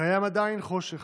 קיים עדיין חושך,